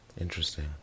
Interesting